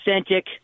authentic